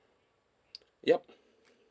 yup